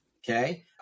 Okay